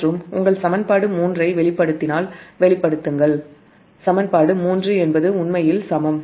மற்றும் உங்கள் சமன்பாடு 3 Va ஐ வெளிப்படுத்தினால் சமன்பாடு 3 க்கு சமம்